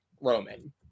Roman